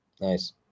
nice